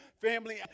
Family